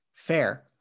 Fair